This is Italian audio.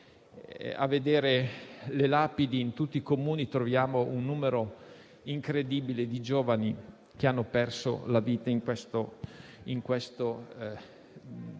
a vedere le lapidi in tutti i Comuni si trova un numero incredibile di giovani che hanno perso la vita in quel conflitto